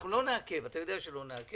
אנחנו לא נעכב, אתה יודע שאנחנו לא נעכב.